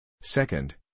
Second